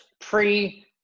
pre